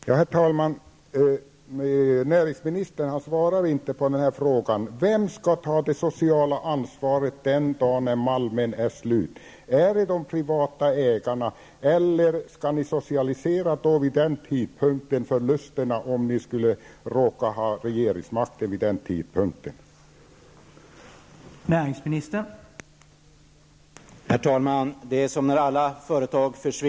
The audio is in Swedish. Herr talman! Näringsministern svarar inte på frågan: Vem skall ta det sociala ansvaret den dag när malmen är slut? Är det de privata ägarna, eller skall ni, om ni råkar ha regeringsmakten vid den tidpunkten, då socialisera förlusterna?